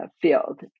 field